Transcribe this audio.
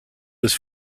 was